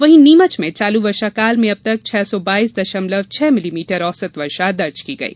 वहीं नीमच में चालू वर्षाकाल में अबतक छह सौ बाईस दशमदव छह मिलीमीटर औसत वर्षा दर्ज की गई